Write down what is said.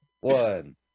one